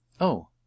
Oh